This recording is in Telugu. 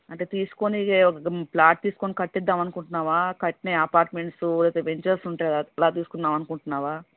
అంటే తీసుకుని ఒక ప్లాట్ తీసుకుని కట్టిద్దాం అనుకుంటున్నావా కట్టినవి అపార్ట్మెంట్సు లేకపోతే వెంచర్స్ ఉంటాయి కదా అలా తీసుకుందాం అనుకుంటున్నావా